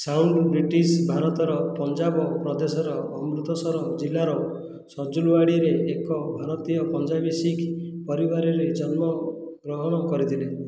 sound British ଭାରତର ପଞ୍ଜାବ ପ୍ରଦେଶର ଅମୃତସର ଜିଲ୍ଲାର ଛଜୁଲୱାଡ଼ିରେ ଏକ ଭାରତୀୟ ପଞ୍ଜାବୀ ଶିଖ ପରିବାରରେ ଜନ୍ମଗ୍ରହଣ କରିଥିଲେ